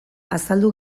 azaldu